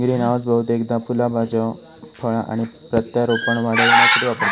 greenhouse बहुतेकदा फुला भाज्यो फळा आणि प्रत्यारोपण वाढविण्यासाठी वापरतत